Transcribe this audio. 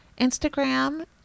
Instagram